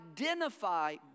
identify